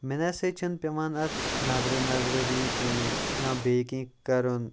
مےٚ نَہ سا چھَنہٕ پیٚوان اَتھ نظرٕ نَظرٕ دِنۍ کہیٖنۍ یا بیٚیہِ کیٚنٛہہ کَرُن